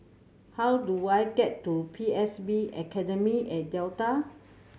how do I get to P S B Academy at Delta